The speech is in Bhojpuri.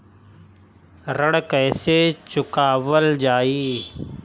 ऋण कैसे चुकावल जाई?